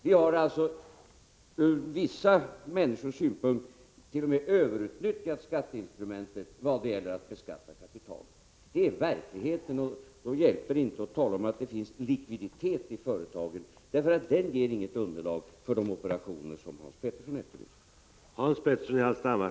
Vi har alltså, ur vissa människors synpunkt, t.o.m. överutnyttjat skatteinstrumentet i vad gäller att beskatta kapitalet. Det är verkligheten, och då hjälper det inte att tala om att det finns likviditet i företagen, därför att den ger inget underlag för de operationer som Hans Petersson i Hallstahammar efterlyser.